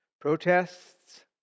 Protests